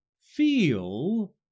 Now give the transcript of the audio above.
feel